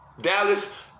Dallas